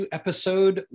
episode